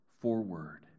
forward